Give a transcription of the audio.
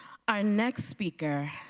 our next speaker